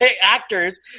actors